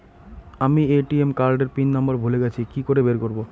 আমি ATM card এর pin number ভুলে গেছি কি করে বের করব?